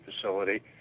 facility